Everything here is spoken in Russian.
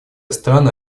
страны